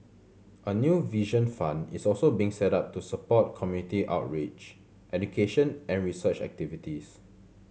a new Vision Fund is also being set up to support community outreach education and research activities